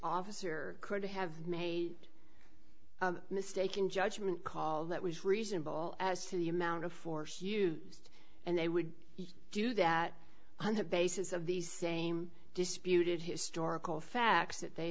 officer could have made mistake in judgment call that was reasonable as to the amount of force used and they would do that on the basis of these same disputed historical facts that they